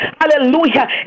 hallelujah